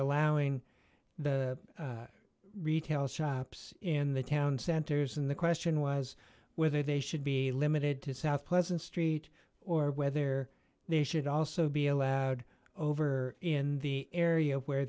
allowing the retail shops in the town centers and the question was whether they should be limited to south pleasant street or whether they should also be allowed over in the area where